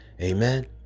Amen